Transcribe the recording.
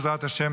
בעזרת השם,